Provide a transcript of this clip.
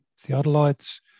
theodolites